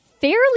fairly